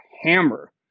hammer